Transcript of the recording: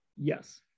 Yes